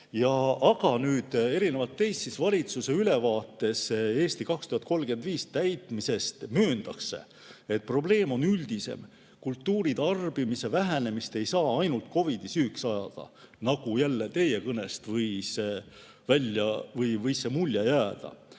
Aga erinevalt teist valitsuse ülevaates "Eesti 2035" täitmise kohta mööndakse, et probleem on üldisem, kultuuritarbimise vähenemist ei saa ainult COVID-i süüks ajada, nagu teie kõnest võis mulje jääda.